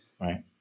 Right